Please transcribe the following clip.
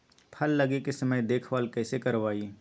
फल लगे के समय देखभाल कैसे करवाई?